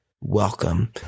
welcome